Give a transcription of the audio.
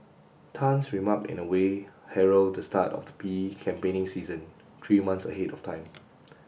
Tan's remark in a way herald the start of the P E campaigning season three months ahead of time